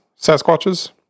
Sasquatches